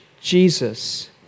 Jesus